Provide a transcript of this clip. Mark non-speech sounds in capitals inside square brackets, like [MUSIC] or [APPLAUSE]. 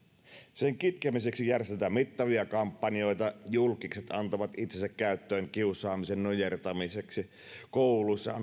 sen kitkemiseksi järjestetään mittavia kampanjoita julkkikset antavat itsensä käyttöön kiusaamisen nujertamiseksi kouluissa [UNINTELLIGIBLE]